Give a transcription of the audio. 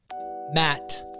Matt